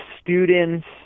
students